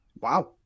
Wow